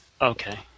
Okay